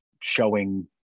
showing